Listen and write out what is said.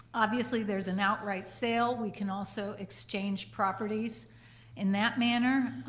obviously there's an outright sale. we can also exchange properties in that manner.